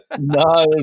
no